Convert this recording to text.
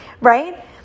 right